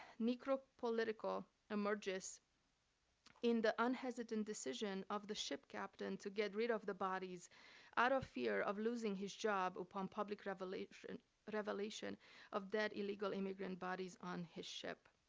necropolitical emerges in the unhesitant decision of the ship captain to get rid of the bodies out of fear of losing his job upon public revelation revelation of dead illegal immigrant bodies on his ship.